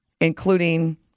including